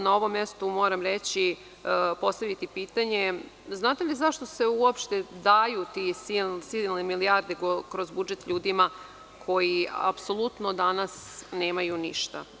Na ovom mestu moram reći, postaviti pitanje, znate li zašto se uopšte daju te silne milijarde kroz budžet ljudima koji apsolutno danas nemaju ništa?